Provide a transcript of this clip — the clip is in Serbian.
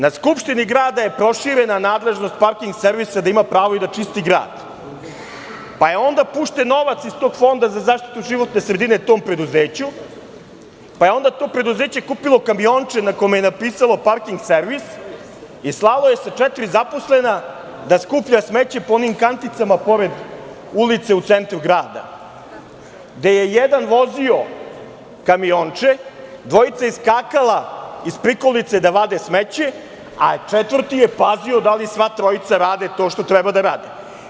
Na Skupštini grada je proširena nadležnost„Parking servisa“ da ima pravo i da čisti grad, pa je onda pušten novac iz tog Fonda za zaštitu životne sredine, tom preduzeću, pa je to preduzeće kupilo kamionče na kome je napisalo „Parking servis“, i slalo je sa 4 zaposlena, da skuplja smeće po onim kanticama pored ulice u centru grada, gde je jedan vozio kamionče, dvojica iskakala iz prikolice da vade smeće, a četvrti je pazio da li sva trojica rade to što treba da rade.